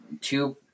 two